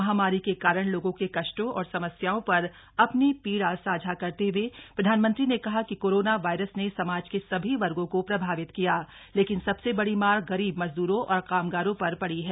महामारी के कारण लोगों के कष्टों और समस्याओं पर अपनी पीड़ा साझा करते हुए प्रधानमंत्री ने कहा कि कोरोना वायरस ने समाज के सभी वर्गो को प्रभावित किया लेकिन सबसे बड़ी मार गरीब मजदूरों और कामगारों पर पड़ी है